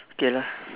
okay lah